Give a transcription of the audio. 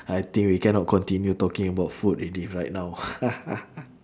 I think we cannot continue talking about food already right now